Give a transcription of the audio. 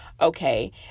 okay